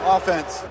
Offense